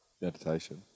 Meditation